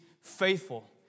faithful